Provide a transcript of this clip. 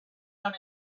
out